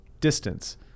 distance